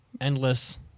endless